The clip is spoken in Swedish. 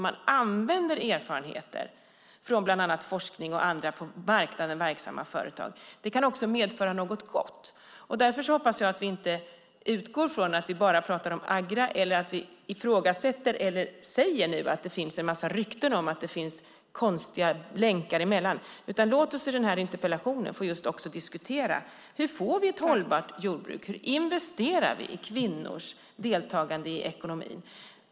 Man använder erfarenheter från bland annat forskning och andra på marknaden verksamma företag. Det kan också medföra något gott. Därför hoppas jag att vi inte utgår från att vi bara pratar om Agra eller att vi nu säger att det finns en massa rykten om att det finns konstiga länkar emellan. Låt oss i interpellationsdebatten diskutera: Hur får vi ett hållbart jordbruk? Hur investerar vi i kvinnors deltagande i ekonomin?